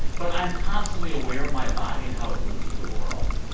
but i'm constantly aware of my body and how it moves through the world.